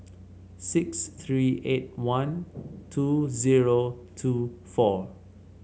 six three eight one two zero two four